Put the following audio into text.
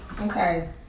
Okay